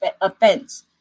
offense